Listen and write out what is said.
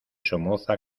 somoza